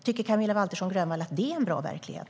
Tycker Camilla Waltersson Grönvall att det är en bra verklighet?